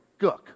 Gook